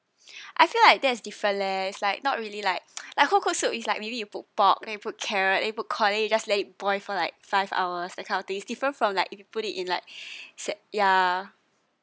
I feel like that's different leh it's like not really like like home cooked soup is like maybe you put pork then you put carrot then you put cauliflower you just let it boil for like five hours that kind of thing is different from like you could put it in like set ya